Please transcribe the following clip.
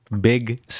big